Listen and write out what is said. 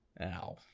ow